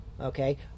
okay